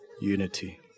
unity